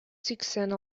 сиксән